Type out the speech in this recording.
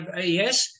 Yes